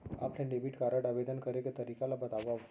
Offline debit card आवेदन करे के तरीका ल बतावव?